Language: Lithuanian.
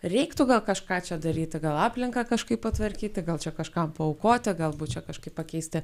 reiktų gal kažką čia daryti gal aplinką kažkaip patvarkyti gal čia kažkam paaukoti galbūt kažkaip pakeisti